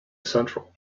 central